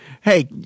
hey